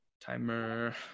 Timer